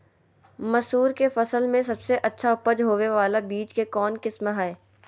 मसूर के फसल में सबसे अच्छा उपज होबे बाला बीज के कौन किस्म हय?